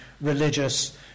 religious